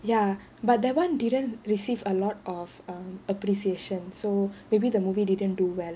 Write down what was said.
ya but that [one] didn't receive a lot of err appreciation so maybe the movie didn't do well